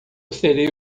serei